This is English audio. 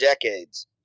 decades